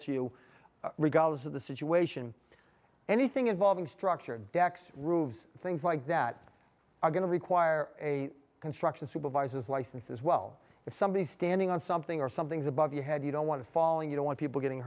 to you regardless of the situation anything involving structured decks rube's things like that are going to require a construction supervisors license as well if somebody standing on something or some things above your head you don't want to falling you don't want people getting